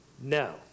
no